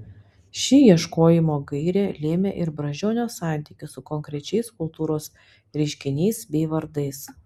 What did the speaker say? ši ieškojimo gairė lėmė ir brazdžionio santykį su konkrečiais kultūros reiškiniais bei vardais